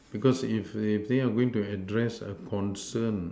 because if if they are going to address a concern